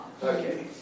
okay